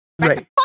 Right